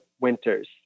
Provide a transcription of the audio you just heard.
winters